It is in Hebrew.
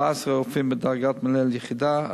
14 רופאים בדרגת מנהל יחידה,